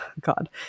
God